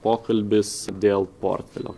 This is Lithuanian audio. pokalbis dėl portfelio